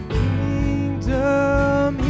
kingdom